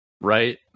right